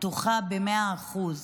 בטוחה במאה אחוז